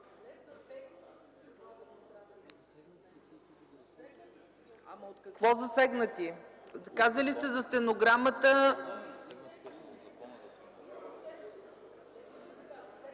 Казали сте за стенограмата...